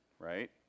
right